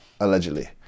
allegedly